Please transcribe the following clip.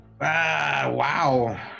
wow